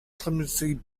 clemency